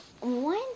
one